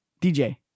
DJ